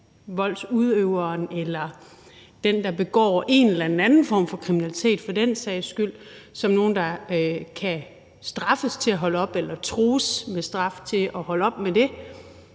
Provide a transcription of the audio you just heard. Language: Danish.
eller dem, der begår en eller anden form for kriminalitet for den sags skyld, som nogle, der kan straffes eller trues med straf til at holde op med det,